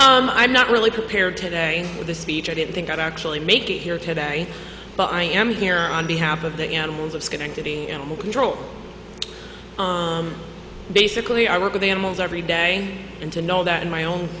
story i'm not really prepared today for the speech i didn't think i'd actually make it here today but i am here on behalf of the animals of schenectady animal control basically i work with animals every day and to know that in my own